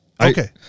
Okay